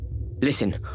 Listen